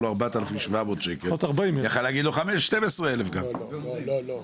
יכול היה גם לקחת 12,000 שקלים ולא 4,700. לא,